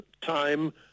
time